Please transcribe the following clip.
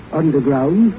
underground